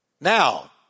Now